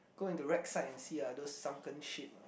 go into wreck side and see ah those sunken ship